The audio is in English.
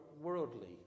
worldly